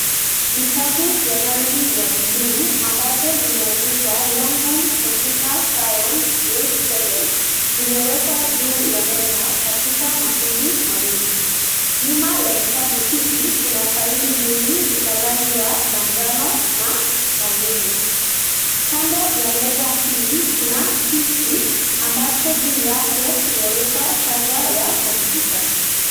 Vitabu ya rangi ya bluu ambazo zimeandikwa Longhorn Computer Science grade 7 vimewekwa juu ya meza katika makundi mawili. Nyuma ya vitabu hivi kuna faili mbili za rangi ya manjano na maruni . Kando ya meza hii kuna kiti ambacho juu yake kumewekwa chaja ya kompyuta.